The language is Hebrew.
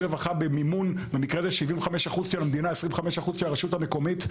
רווחה במימון 75% של המדינה ו-25% של הרשות המקומית,